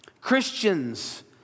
Christians